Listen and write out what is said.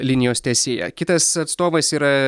linijos tęsėja kitas atstovas yra